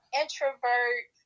introvert